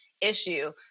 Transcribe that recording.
issue